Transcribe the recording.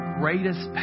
greatest